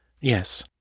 Yes